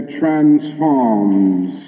transforms